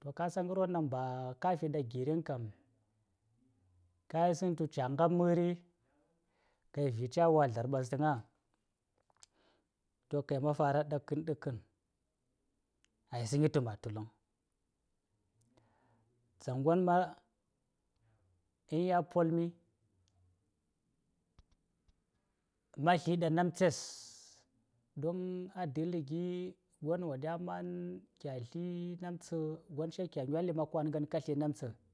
To kasan ngarwon ɗaŋ ba ka fi ɗa gịriŋ kam, ka yisaŋ tu ca: ngab mari, ka yel zli cawa zlar ɓasta ŋa? To ka yel ma̱ fara ɗadkan-ɗikan, a yisaŋay to ma̱ tul vaŋ. Dzangon ma̱, in ya polmi:, ma̱ sla ɗa namtses, don a delli gi, gwon wo ɗya man kya sla namtsa, gwon se kya nyạlli lab kwa:ngan ka sla namtsa